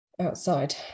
Outside